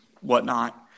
whatnot